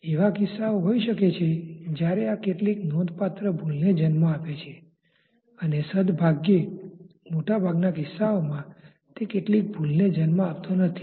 એવા કિસ્સાઓ હોઈ શકે છે જ્યારે આ કેટલીક નોંધપાત્ર ભૂલને જન્મ આપે છે અને સદભાગ્યે મોટાભાગના કિસ્સાઓમાં તે તેટલી ભૂલને જન્મ આપતો નથી